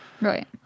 right